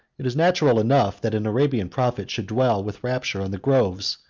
it is natural enough that an arabian prophet should dwell with rapture on the groves,